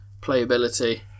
playability